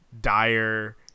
dire